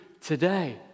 today